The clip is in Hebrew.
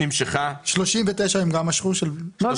זה קצת יותר מזה.